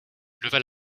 leva